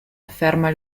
afferma